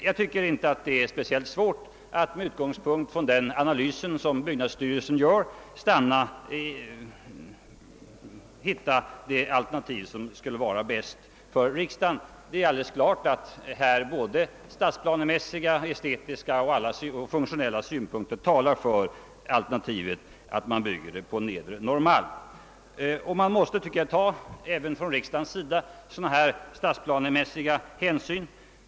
Jag tycker inte att det är speciellt svårt att med utgångspunkt från den analys som byggnadsstyrelsen gör finna vilket alternativ som skulle vara bäst för riksdagen. Det är alldeles klart att såväl stadsplanemässiga som estetiska och funktionella synpunkter talar för alternativet att man bygger på Nedre Norrmalm. Man måste, tycker jag, även från riksdagens sida ta sådana här stadsplanemässiga hänsyn.